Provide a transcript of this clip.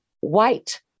white